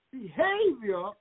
Behavior